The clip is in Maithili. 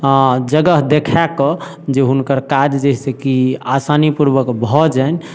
जगह देखाय कऽ जे हुनकर काज जाहि से कि आसानीपूर्वक भऽ जानि